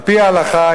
על-פי ההלכה,